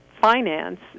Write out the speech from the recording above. finance